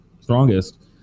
strongest